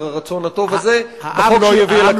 הרצון הטוב הזה בחוק שהיא הביאה לכנסת.